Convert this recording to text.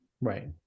right